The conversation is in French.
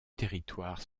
territoires